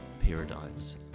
paradigms